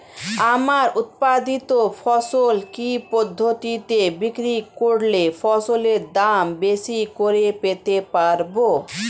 আমার উৎপাদিত ফসল কি পদ্ধতিতে বিক্রি করলে ফসলের দাম বেশি করে পেতে পারবো?